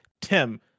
Tim